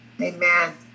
Amen